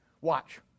Watch